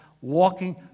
walking